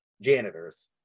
janitors